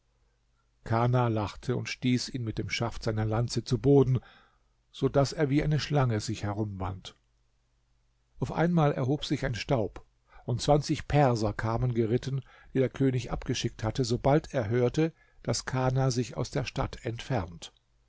kana lachte und stieß ihn mit dem schaft seiner lanze zu boden so daß er wie eine schlange sich herumwand auf einmal erhob sich ein staub und zwanzig perser kamen geritten die der könig abgeschickt hatte sobald er hörte daß kana sich aus der stadt entfernt